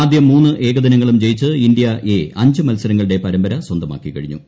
ആദ്യ മൂന്ന് ഏകദിനങ്ങളും ജയിച്ച് ഇന്ത്യ എ അഞ്ച് മത്സരങ്ങളുടെ പരമ്പര സ്വന്തമാക്കിക്കഴിഞ്ഞു